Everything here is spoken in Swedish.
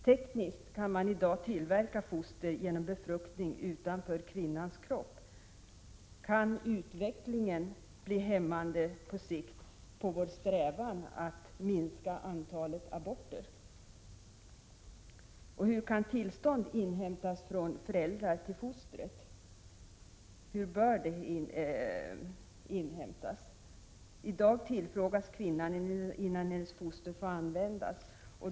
Tekniskt kan man i dag tillverka foster genom befruktning utanför kvinnans kropp. Kan utvecklingen på sikt bli hämmande för vår strävan att minska antalet aborter? Hur skall tillstånd inhämtas från föräldrar till fostret? I dag tillfrågas kvinnan innan hennes foster får användas.